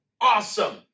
Awesome